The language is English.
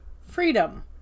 freedom